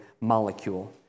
molecule